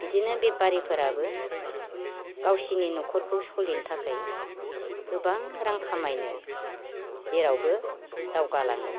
बिदिनो बेपारिफोराबो गावसोरनि न'खरखौ सोलिनो थाखाय गोबां रां खामायनो जेरावबो दावगालाङो